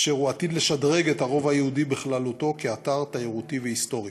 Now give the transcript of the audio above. באשר הוא עתיד לשדרג את הרובע היהודי בכללותו כאתר תיירותי והיסטורי.